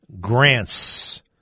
Grants